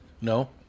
No